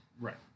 Right